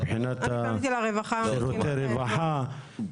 מבחינת שירותי הרווחה?